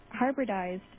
hybridized